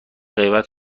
غیبت